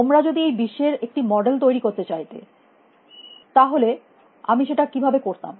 তোমরা যদি এই বিশ্বের একটি মডেল তৈরী করতে চাইতে তাহলে আমি সেটা কিভাবে করতাম